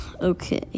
Okay